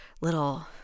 little